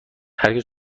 هرگز